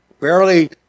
barely